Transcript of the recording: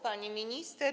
Pani Minister!